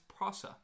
Prasa